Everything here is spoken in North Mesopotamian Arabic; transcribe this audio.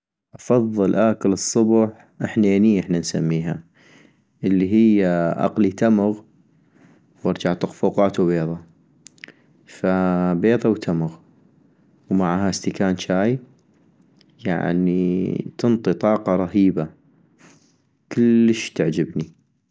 افضل اكل الصبح حنينيي احنا نسميها ، الي هي اقلي تمغ وارجع اطق فوقاتو بيضة ، فبيضة وتمغ ، ومعاها استكان جاي يعني تنطي طاقة رهيبة ، كلش تعجبني